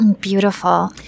Beautiful